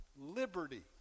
liberty